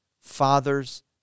fathers